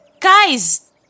Guys